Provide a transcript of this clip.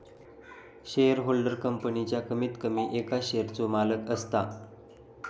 shareholder कंपनीच्या कमीत कमी एका शेयरचो मालक असता